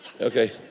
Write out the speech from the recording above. Okay